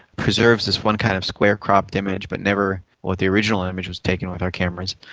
preserves this one kind of square cropped image but never what the original image was taken with our cameras,